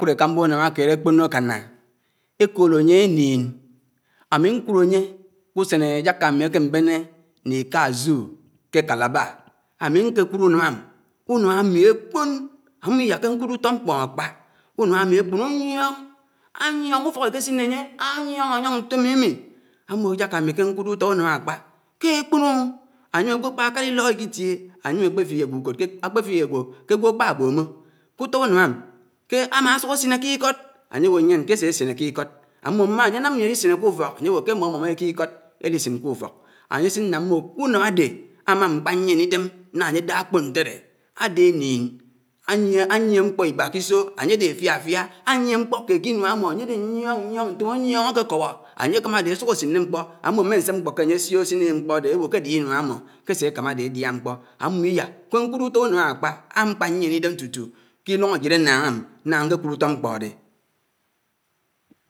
. Ákùd ékámbá unámked ákpònò ákánà ékòlányé énín, ámì ñkùd ányé ùsén éják’ámì áké mbéné ní íká zoo ké calabar ámi. Ñké kùd ùnámám, ùnám ámì áákpòn, ámbò íyá ké ñkùtò ùtó mkpón ákpá, ùnám ámì ákpòn áyíóñ áyíóñ ùfók ekésíné ányé. áyíóñ ayóñ ñtómimí, ámmò jáká mí ké ñkùdò ùtó ùnámám ákpá ké ákpònò, áyém ágwò ákpákálá ílók íkítíé?ányém ákpefik ágwò ùkòd ké ákpefik ágwò ke ágwò ákpá bòmò, kùtó ùnámám aman ásùk ásíné k’íkòd? ányé áñwò ñyién ké ásé síné k’íkòd, ámmò mmá ányé námnié ári síné k’ufòk. Áyesin ná mmò k’ùnám ádé ámá ánnkpa ñyien ídém náhá ányé ádá ákpòn ñtiere ádé énin ányie mkpò iba k’isò ánye ade áfiááfiá. anyie mkpò kè k’ìnuá ámò ányedé ñtòm, ányioñ áké kówó. Ányé kámá ádé ásùk ásin ékpó ámmò, késé akámadé ádiá mkpò, ámmò íyá ke ñkùdo ùto ùnámám ákpá, ámkpá ñyien ídén tùtù k’iluñ ájíd ánaañ ám naña áñke kùd utó mkpódé.